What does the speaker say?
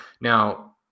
Now